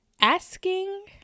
asking